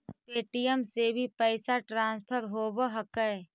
Paytm से भी पैसा ट्रांसफर होवहकै?